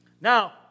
Now